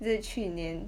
is it 去年